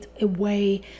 away